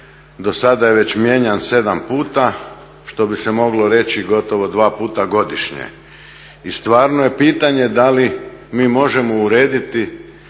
do sada je već mijenjan 7 puta što bi se moglo reći gotovo dva puta godišnje i stvarno je pitanje da li mi možemo urediti